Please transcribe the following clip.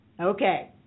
Okay